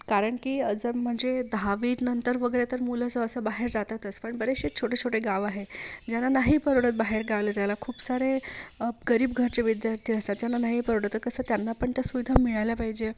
कारण की जर म्हणजे दहावीनंतर वगैरे तर मुलं सहसा बाहेर जातातस पण बरेचसे छोटेछोटे गाव आहे ज्यांना नाही परवडत बाहेर गावाला जायला खूप सारे गरीब घरचे विद्यार्थी असतात ज्यांना नाही परवडत तर कसं करणार पण त्या सुविधा मिळायला पाहिजे